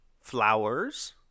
flowers